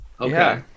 okay